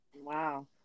Wow